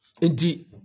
Indeed